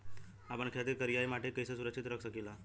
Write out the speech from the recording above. आपन खेत के करियाई माटी के कइसे सुरक्षित रख सकी ला?